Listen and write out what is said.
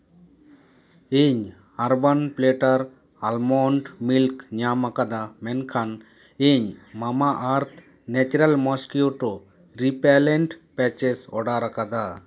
ᱤᱧ Urban Platter almond milk ᱧᱟᱢᱟᱠᱟᱫᱟ ᱢᱮᱱᱠᱷᱟᱱ ᱤᱧ Mamaearth natural mosquito repellent purchase order ᱟᱠᱟᱫᱟ